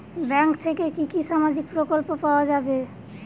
Bank থেকে কি কি সামাজিক প্রকল্প পাওয়া যাবে?